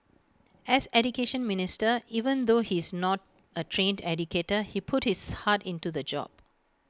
as Education Minister even though he's not A trained educator he put his heart into the job